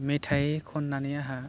मेथाइ खन्नानै आंहा